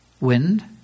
Wind